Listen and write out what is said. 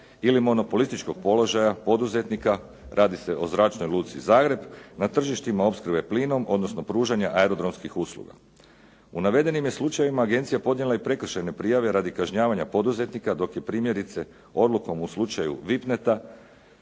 ili monopolističkog položaja poduzetnika, radi se o Zračnoj luci Zagreb na tržištima opskrbe plinom odnosno pružanja aerodromskih usluga. U navedenim je slučajevima agencija podnijela i prekršajne prijave radi kažnjavanja poduzetnika dok je primjerice odlukom u slučaju VIPneta